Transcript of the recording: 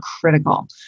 critical